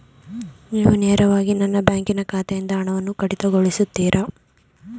ನೀವು ನೇರವಾಗಿ ನನ್ನ ಬ್ಯಾಂಕ್ ಖಾತೆಯಿಂದ ಹಣವನ್ನು ಕಡಿತಗೊಳಿಸುತ್ತೀರಾ?